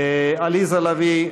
עליזה לביא,